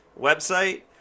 website